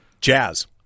Jazz